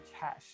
cash